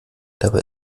dabei